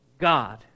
God